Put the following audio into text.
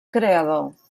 creador